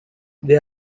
they